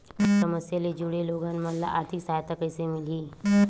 समस्या ले जुड़े लोगन मन ल आर्थिक सहायता कइसे मिलही?